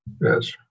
Yes